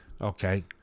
Okay